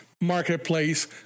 marketplace